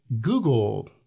Google